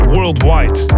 Worldwide